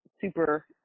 super